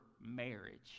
marriage